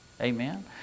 Amen